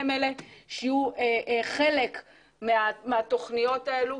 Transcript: הם אלה שיהיו חלק מהתוכניות האלו.